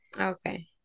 okay